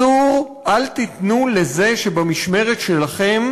אל תיתנו שבמשמרת שלכם